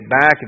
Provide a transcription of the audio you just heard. back